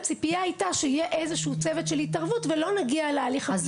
הציפייה הייתה שיהיה איזשהו צוות של התערבות ולא נגיע להליך הפלילי.